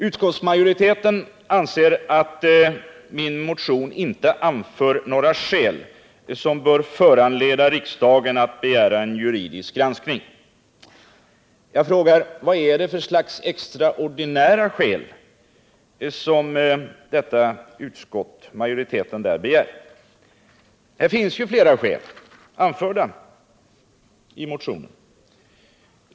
Utskottsmajoriteten anser att jag i min motion inte anfört några skäl som bör föranleda riksdagen att begära en juridisk granskning. Jag frågar: Vad är det för slags extraordinära skäl som majoriteten i utskottet begär? Det finns ju flera skäl anförda i motionen.